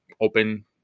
open